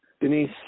denise